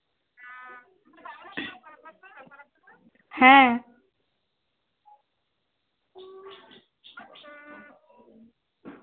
হ্যাঁ